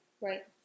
Right